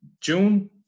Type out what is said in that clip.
June